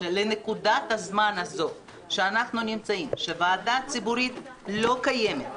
בנקודת הזמן הזו שאנחנו נמצאים בה כשוועדה ציבורית לא קיימת,